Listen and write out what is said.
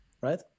right